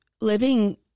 living